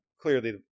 clearly